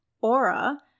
aura